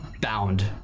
bound